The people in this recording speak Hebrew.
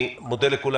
אני מודה לכולם.